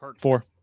four